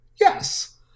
Yes